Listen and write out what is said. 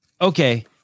Okay